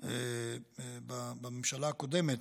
בממשלה הקודמת